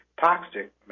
toxic